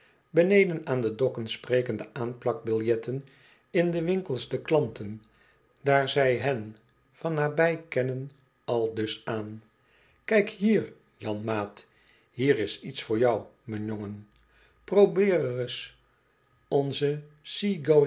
beneden aan de dokken spreken de aanplakbiljetten in de winkels de klanten daar zij hen van nabij kennen aldus aan kijk hier janmaat hier is iets voor jou m'n jongen probeer reis onze